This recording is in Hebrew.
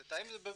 זה טעים להם.